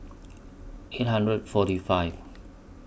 eight hundred forty five